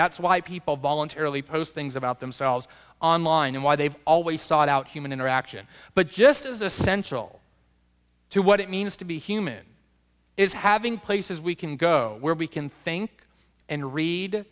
that's why people voluntarily post things about themselves online and why they've always sought out human interaction but just as essential to what it means to be human is having places we can go where we can think and read